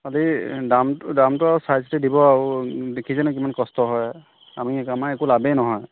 খালি দাম দামটো আৰু চাই চিতি দিব আৰু দেখিছেনে কিমান কষ্ট হয় আমি আমাৰ একো লাভেই নহয়